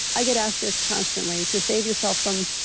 i get asked this constantly to save yourself from.